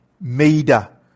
Maida